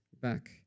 back